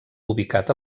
ubicat